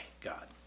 God